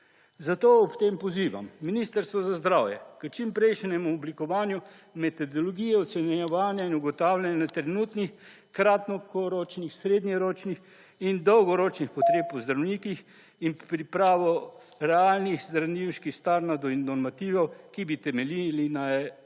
Zato ob tem pozivam Ministrstvo za zdravje k čimprejšnjemu oblikovanju metodologije ocenjevanja in ugotavljanja trenutnih kratkoročnih, srednjeročnih in dolgoročnih potreb po zdravnikih in pripravo realnih zdravniških standardov in normativov, ki bi temeljili na analiza